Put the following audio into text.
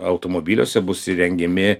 automobiliuose bus įrengiami